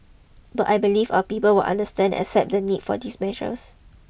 but I believe our people will understand and accept the need for these measures